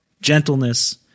gentleness